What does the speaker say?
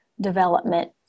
development